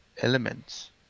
elements